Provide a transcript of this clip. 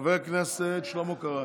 חבר הכנסת שלמה קרעי.